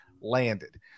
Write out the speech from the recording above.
landed